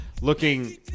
looking